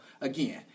again